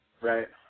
Right